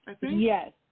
Yes